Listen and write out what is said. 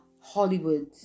Hollywood